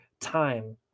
time